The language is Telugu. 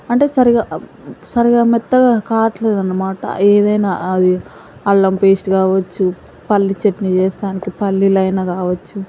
అంటే సరిగా సరిగా మెత్తగా కావట్లేదు అన్నమాట ఏదైనా అది అల్లం పేస్ట్ కావచ్చు పల్లీ చెట్నీ చేస్తానికి పల్లీలైనా కావచ్చు